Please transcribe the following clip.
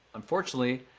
unfortunately,